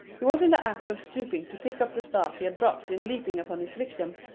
he was in the act of stooping to pick up the staff he had dropped in leaping upon his victim,